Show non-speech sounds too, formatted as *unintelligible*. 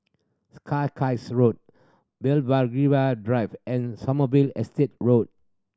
*unintelligible* Road *unintelligible* Drive and Sommerville Estate Road